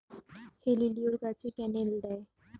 হেলিলিও গাছে ক্যানেল দেয়?